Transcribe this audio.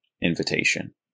invitation